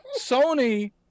Sony